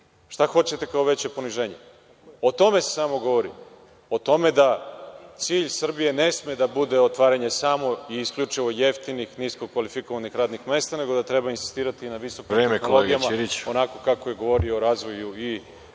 Šta hoćete kao veće poniženje. O tome se samo govori, o tome da cilj Srbije ne sme da bude otvaranje i isključivo jeftinih i nisko kvalifikovanih radnih mesta nego da treba insistirati na visokim vrednostima, onako kako je govorio o razvoju i